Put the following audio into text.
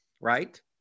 right